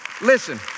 listen